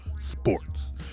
sports